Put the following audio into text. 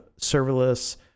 serverless